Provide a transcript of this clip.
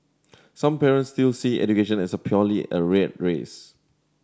some parents still see education as a purely a rat race